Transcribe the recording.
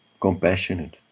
compassionate